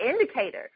indicator